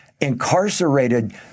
incarcerated